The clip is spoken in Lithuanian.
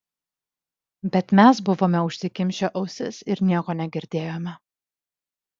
bet mes buvome užsikimšę ausis ir nieko negirdėjome